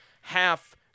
half